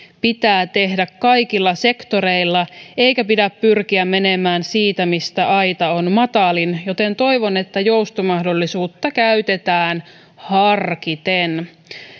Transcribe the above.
pitää tehdä kaikilla sektoreilla eikä pidä pyrkiä menemään siitä mistä aita on matalin joten toivon että joustomahdollisuutta käytetään harkiten